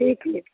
एक ही एक